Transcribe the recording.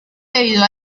debido